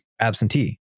absentee